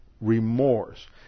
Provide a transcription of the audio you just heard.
remorse